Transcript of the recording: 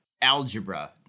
Algebra